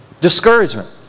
Discouragement